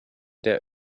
der